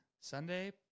Sunday